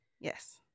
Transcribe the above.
Yes